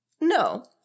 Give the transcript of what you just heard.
No